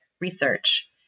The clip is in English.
research